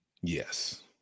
Yes